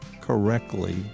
correctly